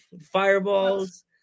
fireballs